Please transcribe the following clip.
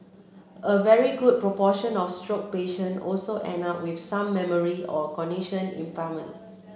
a very good proportion of stroke patient also end up with some memory or cognition impairment